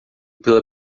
pela